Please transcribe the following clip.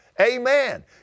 Amen